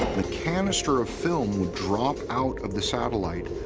the canister of film would drop out of the satellite,